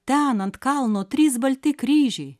ten ant kalno trys balti kryžiai